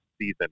season